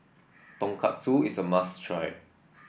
Tonkatsu is a must try